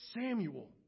Samuel